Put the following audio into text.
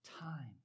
time